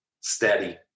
steady